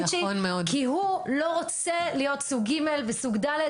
כי הוא לא רוצה להיות סוג ג' וסוג ד'.